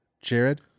Jared